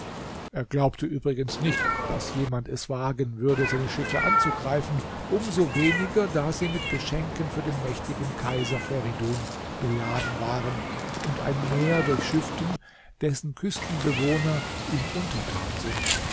er glaubte übrigens nicht daß jemand es wagen würde seine schiffe anzugreifen um so weniger da sie mit geschenken für den mächtigen kaiser feridun beladen waren und ein meer durchschifften dessen küstenbewohner ihm untertan sind